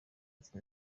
ati